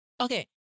Okay